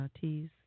teas